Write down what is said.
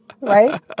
right